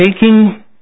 taking